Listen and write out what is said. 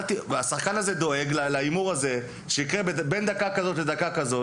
והשחקן הזה דואג להימור לגבי קרן או פנדל שיקרה בין דקה כזו לאחרת.